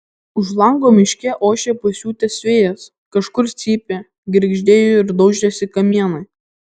už lango miške ošė pasiutęs vėjas kažkur cypė girgždėjo ir daužėsi kamienai